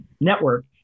network